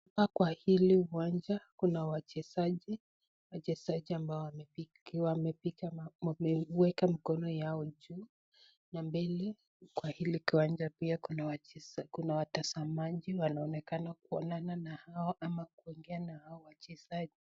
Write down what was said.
Hapa kwa hili uwanja kuna wachezaji, wachezaji ambao wameeka miko no yao juu. Na mbele kwa hili kiwanja pia kuna watazamaji wanaonekana kuonana na hao au kuongea na hao wachezaji.